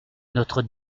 notre